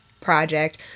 project